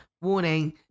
Warning